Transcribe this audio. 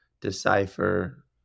decipher